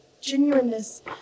genuineness